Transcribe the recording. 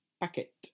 packet